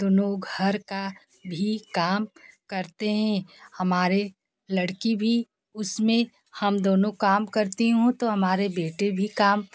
दोनों घर का भी काम करते हैं हमारे लड़की भी उसमें हम दोनों काम करती हूँ तो हमारे बेटे भी काम